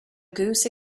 goose